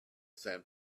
sand